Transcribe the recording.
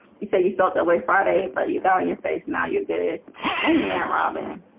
he said he felt that way friday, but you got on your face and now you're good amy, i'm robin